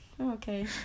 Okay